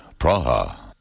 Praha